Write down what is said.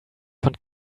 von